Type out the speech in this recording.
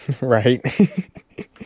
Right